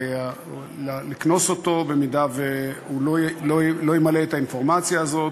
לקנוס אותו במידה שלא ימלא את האינפורמציה הזאת.